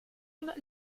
und